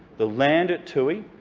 the land at toohey,